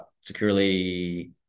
securely